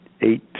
eight